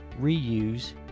reuse